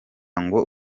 ngo